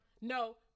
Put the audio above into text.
No